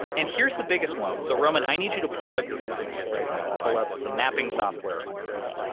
and and here's the biggest one. so roman, i need you to pull out your phone right now and pull up the mapping software on your phone.